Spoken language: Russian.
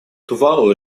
тувалу